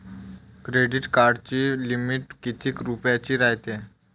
Credit कार्डाची limit कितीक रुपयाची रायते?